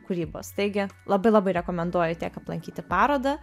kūrybos taigi labai labai rekomenduoju tiek aplankyti parodą